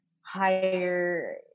higher